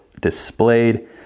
displayed